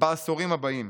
בעשורים הבאים.